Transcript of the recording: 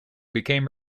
became